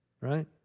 right